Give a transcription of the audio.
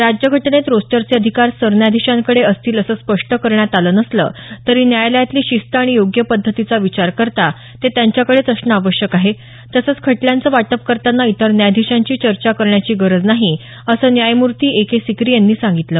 राज्य घटनेत रोस्टरचे अधिकार सरन्यायाधीशांकडे असतील असं स्पष्ट करण्यात आलं नसलं तरी न्यायालयातली शिस्त आणि योग्य पद्धतीचा विचार करता ते त्यांच्या कडेच असणं आवश्यक आहे तसंच खटल्यांचं वाटप करताना इतर न्यायाधीशांशी चर्चा करण्याची गरज नाही असं न्यायमूर्ती ए के सिक्री यांनी सांगितलं